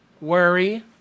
worry